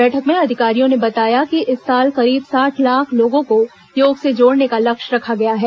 बैठक में अधिकारियों ने बताया कि इस साल करीब साठ लाख लोगों को योग से जोड़ने का लक्ष्य रखा गया है